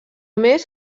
més